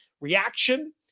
reaction